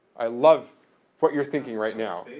i love what you're thinking right now.